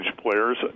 players